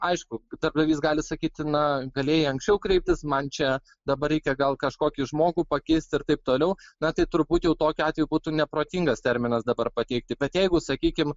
aišku darbdavys gali sakyti na galėjai anksčiau kreiptis man čia dabar reikia gal kažkokį žmogų pakeisti ir taip toliau na tai turbūt jau tokiu atveju būtų neprotingas terminas dabar pateikti bet jeigu sakykim